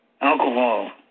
alcohol